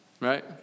right